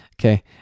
okay